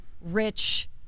rich